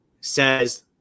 says